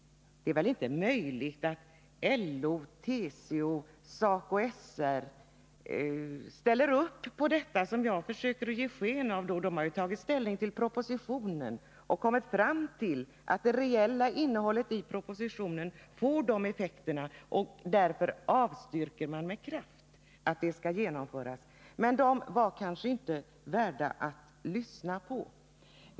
Det är väl inte möjligt att LO, TCO och SACO/SR ställer upp på någonting som jag ”försöker ge sken av”. Dessa organisationer har tagit ställning på grundval av propositionen och kommit fram till att det reella innehållet i propositionen får dessa effekter. Därför avstyrker de med kraft att dessa förslag skall genomföras. Men dessa organisationer var kanske inte värda att lyssna till.